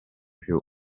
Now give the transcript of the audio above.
più